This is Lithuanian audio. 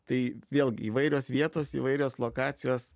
tai vėlgi įvairios vietos įvairios lokacijos